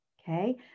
okay